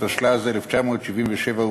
התשל"ז 1977,